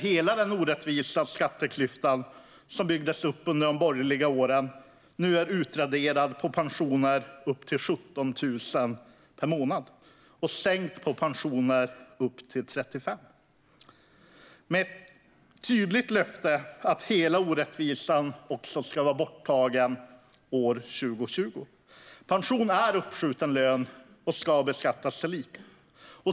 Hela den orättvisa skatteklyfta som byggdes upp under de borgerliga åren är nu utraderad på pensioner upp till 17 000 per månad och sänkt på pensioner upp till 35 000. Vi har gett ett tydligt löfte att hela orättvisan ska vara borttagen år 2020. Pension är uppskjuten lön och ska beskattas lika.